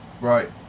Right